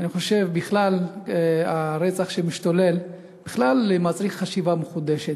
בכלל, הרצח שמשתולל מצריך חשיבה מחודשת.